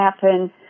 happen